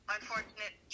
Unfortunate